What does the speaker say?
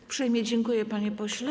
Uprzejmie dziękuję, panie pośle.